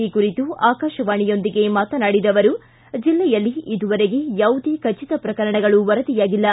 ಈ ಕುರಿತು ಆಕಾಶವಾಣಿಯೊಂದಿಗೆ ಮಾತನಾಡಿದ ಅವರು ಜಿಲ್ಲೆಯಲ್ಲಿ ಇದುವರೆಗೆ ಯಾವುದೇ ಖಚಿತ ಪ್ರಕರಣಗಳು ವರದಿಯಾಗಿಲ್ಲ